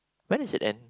when does it end